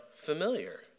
familiar